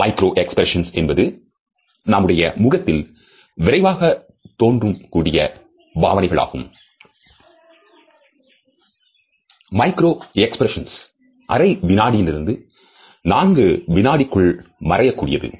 micro expressions என்பது நம்முடைய முகத்தில் விரைவாக தோன்றும் கூடிய பாவனைகள் ஆகும் மைக்ரோ எக்ஸ்பிரஷன்ஸ் அரை வினாடிகளிலிருந்து நான்கு வினாடிகளுக்குள் மறையக் கூடியது